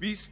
Visst